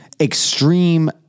extreme